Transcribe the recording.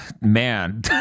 man